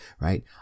right